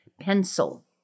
pencil